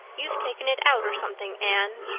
you've taken it out or something, anne.